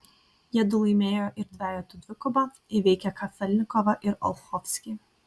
jiedu laimėjo ir dvejetų dvikovą įveikę kafelnikovą ir olchovskį